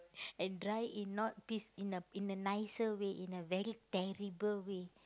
and die in not peace in a in a nicer way in a very terrible way